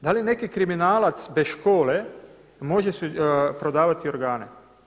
Da li neki kriminalac bez škole može prodavati organe?